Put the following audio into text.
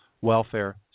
welfare